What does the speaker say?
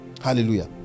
Hallelujah